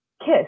Kiss